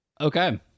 Okay